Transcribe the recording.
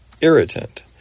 irritant